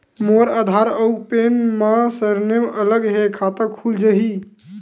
मोर आधार आऊ पैन मा सरनेम अलग हे खाता खुल जहीं?